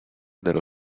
dello